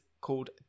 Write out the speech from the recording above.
called